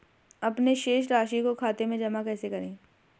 अपने शेष राशि को खाते में जमा कैसे करें?